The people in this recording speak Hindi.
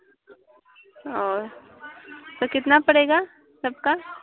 और तो कितना पड़ेगा सबका